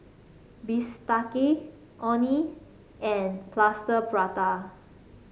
bistake Orh Nee and Plaster Prata